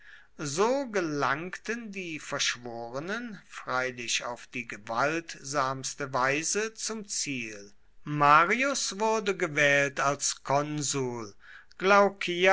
so gelangten die verschworenen freilich auf die gewaltsamste weise zum ziel marius wurde gewählt als konsul glaucia